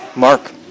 Mark